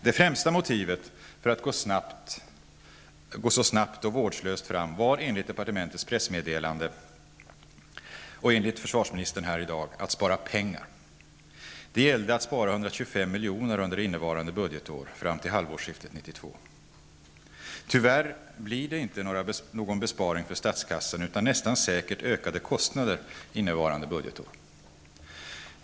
Det främsta motivet för att gå så snabbt och vårdslöst fram var enligt departementets pressmeddelande och enligt försvarsministern här i dag att spara pengar; det gällde att spara 125 miljoner under innevarande budgetår, fram till halvårsskiftet 1992. Tyvärr blir det inte någon besparing för statskassan utan nästan säkert ökade kostnader innevarande budgetår.